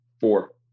Four